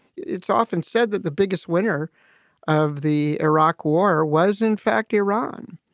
it's often said that the biggest winner of the iraq war was, in fact, iran.